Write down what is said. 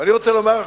ואני רוצה לומר לך,